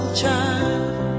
child